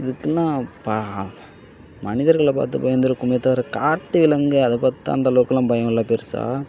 இதுக்கெல்லாம் பா மனிதர்களை பார்த்து பயந்திருக்கோமே தவிர காட்டு விலங்கு அதை பார்த்து அந்தளவுக்கெலாம் பயம் இல்லை பெரிசா